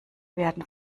werden